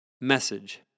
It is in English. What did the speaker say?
Message